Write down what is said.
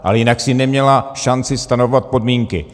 Ale jinak si neměla šanci stanovovat podmínky.